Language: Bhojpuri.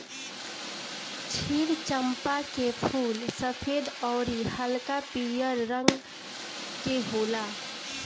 क्षीर चंपा के फूल सफ़ेद अउरी हल्का पियर रंग के होला